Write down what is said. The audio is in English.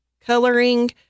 coloring